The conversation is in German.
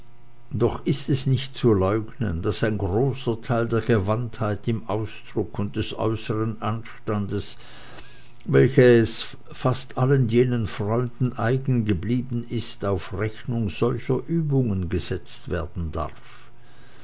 doch ist es nicht zu leugnen daß ein großer teil der gewandtheit im ausdruck und des äußern anstandes welche fast allen jenen freunden eigen geblieben ist auf rechnung solcher übungen gesetzt werden darf